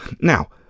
Now